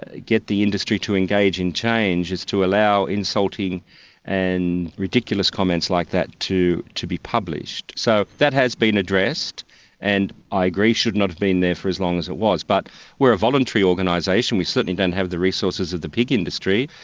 ah get the industry to engage in change as to allow insulting and ridiculous comments like that to to be published. so that has been addressed and i agree should not have been there for as long as it was, but we're a voluntary organisation, we certainly don't have the resources of the pig industry,